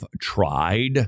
tried